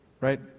right